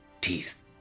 teeth